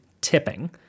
tipping